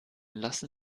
lassen